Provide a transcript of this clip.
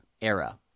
era